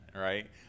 right